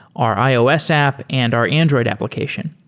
our ios app and our android application.